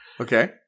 Okay